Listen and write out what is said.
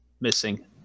missing